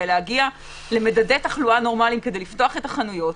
להגיע למדדי תחלואה נורמליים כדי לפתוח את החנויות,